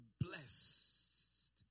blessed